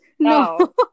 No